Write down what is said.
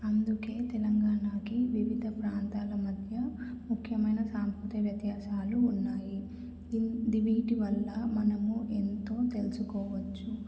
అందుకే తెలంగాణకి వివిధ ప్రాంతాల మధ్య ముఖ్యమైన సాంస్కృతిక వ్యత్యాసాలు ఉన్నాయి వీటి వల్ల మనము ఎంతో తెలుసుకోవచ్చు